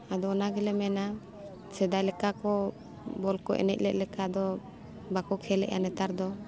ᱟᱫᱚ ᱚᱱᱟ ᱜᱮᱞᱮ ᱢᱮᱱᱟ ᱥᱮᱫᱟᱭ ᱞᱮᱠᱟ ᱠᱚ ᱵᱚᱞ ᱠᱚ ᱮᱱᱮᱡ ᱞᱮᱫ ᱞᱮᱠᱟ ᱫᱚ ᱵᱟᱠᱚ ᱠᱷᱮᱞᱮᱜᱼᱟ ᱱᱮᱛᱟᱨ ᱫᱚ